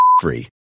free